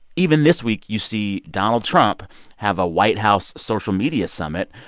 even this week, you see donald trump have a white house social media summit,